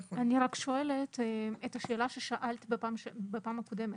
אני שואלת את השאלה ששאלת בפעם הקודמת.